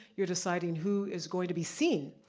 you're deciding who is going to be seen.